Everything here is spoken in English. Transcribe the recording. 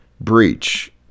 breach